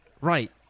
Right